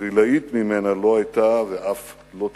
ועילאית ממנה לא היתה ואף לא תיתכן".